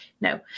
no